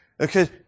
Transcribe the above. Okay